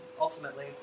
ultimately